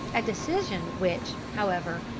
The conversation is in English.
a decision which, however,